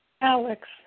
Alex